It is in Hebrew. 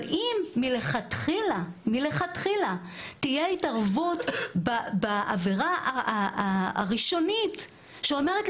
אם מלכתחילה תהיה התערבות בעבירה הראשונית שאומרת,